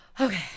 Okay